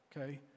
okay